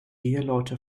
eheleute